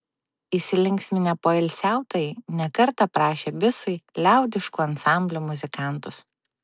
įsilinksminę poilsiautojai ne kartą prašė bisui liaudiškų ansamblių muzikantus